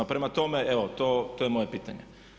Prema tome to, evo to je moje pitanje.